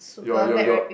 your your your